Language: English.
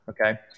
okay